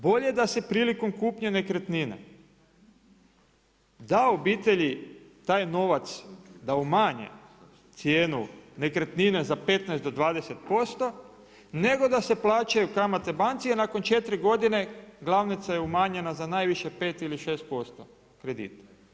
Bolje da se prilikom kupnje nekretnine da obitelji taj novac da umanje cijenu nekretnine za 15 do 20%, nego da se plaćaju kamate banci, a nakon 4 godine glavnica je umanjena za najviše 5 ili 6% kredita.